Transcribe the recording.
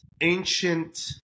ancient